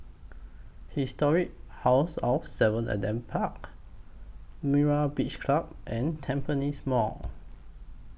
Historic House of seven Adam Park Myra's Beach Club and Tampines Mall